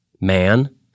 man